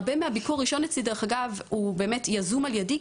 הרבה מהביקורים הראשונים אצלי יזומים על ידי,